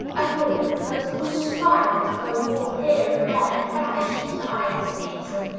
and look! those points of fire that glow forth here and there and vanish as the eye perceives them,